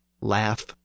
laugh